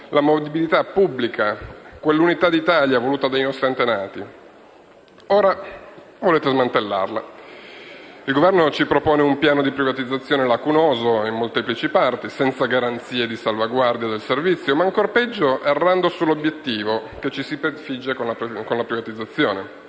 la mobilità pubblica, quell'unità d'Italia voluta dai nostri antenati. Ora volete smantellarla. Il Governo ci propone un piano di privatizzazione lacunoso in molteplici parti, senza garanzie di salvaguardia del servizio, ma ancor peggio errando sull'obiettivo che ci si prefigge con la privatizzazione.